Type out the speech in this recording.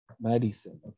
Madison